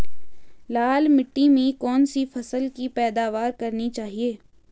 लाल मिट्टी में कौन सी फसल की पैदावार करनी चाहिए?